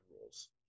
rules